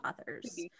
authors